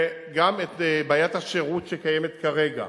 וגם בעיית השירות שקיימת כרגע.